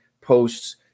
posts